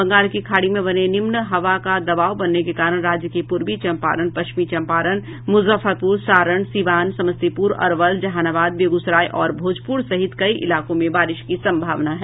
बंगाल की खाड़ी में बने निम्न हवा का दबाव बनने के कारण राज्य के पूर्वी चम्पारण पश्चिम चम्पारण मुजफ्फरपुर सारण सीवान समस्तीपुर अरवल जहानाबाद बेगूसराय और भोजपुर सहित कई इलाकों में बारिश की सम्भावना है